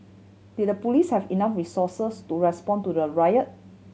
did the police have enough resources to respond to the riot